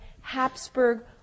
Habsburg